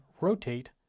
rotate